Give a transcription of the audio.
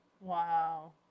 Wow